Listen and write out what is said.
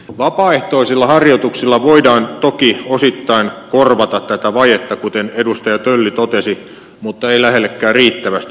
vapaaehtoisilla harjoituksilla voidaan toki osittain korvata tätä vajetta kuten edustaja tölli totesi mutta ei lähellekään riittävästi